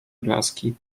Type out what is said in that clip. blaski